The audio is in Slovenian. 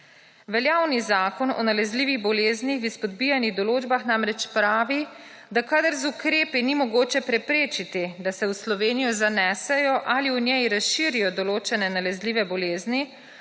Veljavni zakon o nalezljivih boleznih v izpodbijanih določbah namreč pravi, da kadar z ukrepi ni mogoče preprečiti, da se v Slovenijo zanesejo ali v njej razširijo določene nalezljive bolezni,